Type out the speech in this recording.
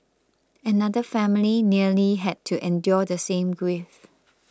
another family nearly had to endure the same grief